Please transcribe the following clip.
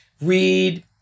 read